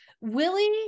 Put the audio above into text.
Willie